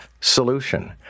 solution